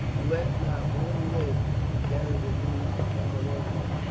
let not one live to carry the news to camalodunum.